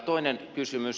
toinen kysymys